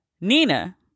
Nina